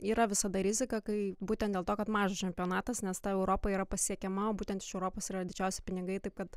yra visada rizika kai būtent dėl to kad mažas čempionatas nes ta europa yra pasiekiama būtent iš europos yra didžiausi pinigai taip pat